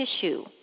tissue